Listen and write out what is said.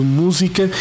música